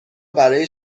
برای